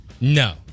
No